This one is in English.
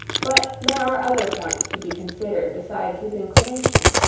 but there are other points to be considered besides his inclination.